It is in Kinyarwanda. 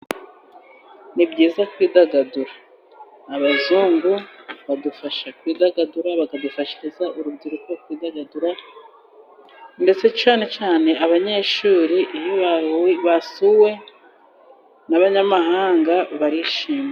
Ni byiza kwidagadura. Abazungu badufasha kwidagadura, bakadufashiriza urubyiruko kwidagadura, ndetse cyane cyane abanyeshuri basuwe n'abanyamahanga barishima.